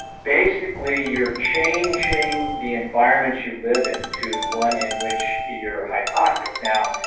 basically you're changing the environment you live into one in which you're hypoxic. now,